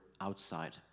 outside